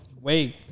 wait